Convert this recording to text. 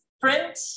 print